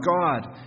God